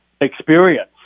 Experience